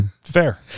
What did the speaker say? Fair